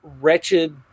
wretched